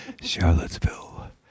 Charlottesville